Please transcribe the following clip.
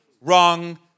wrong